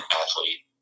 athlete